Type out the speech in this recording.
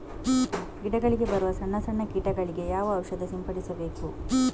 ಗಿಡಗಳಿಗೆ ಬರುವ ಸಣ್ಣ ಸಣ್ಣ ಕೀಟಗಳಿಗೆ ಯಾವ ಔಷಧ ಸಿಂಪಡಿಸಬೇಕು?